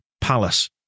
Palace